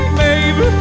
baby